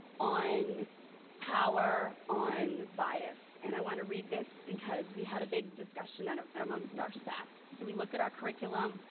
on power on bias. and i want to read this because we had a big discussion ah amongst our staff. so we look at our curriculum.